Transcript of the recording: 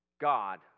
God